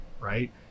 right